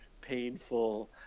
painful